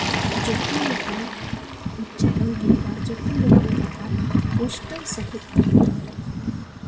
ᱡᱚᱛᱚ ᱞᱮᱠᱟᱱ ᱩᱪᱪᱟᱨᱚᱱ ᱦᱳᱭᱳᱜᱼᱟ ᱡᱚᱛᱚ ᱞᱮᱠᱟᱱ ᱠᱟᱛᱷᱟ ᱯᱩᱥᱴᱟᱹᱣ ᱥᱟᱹᱦᱤᱡ ᱚᱞᱚᱜᱚᱜᱼᱟ